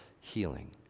healing